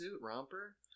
romper